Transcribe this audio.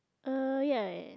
uh ya